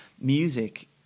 music